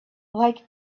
like